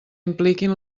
impliquin